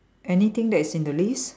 anything that is in the list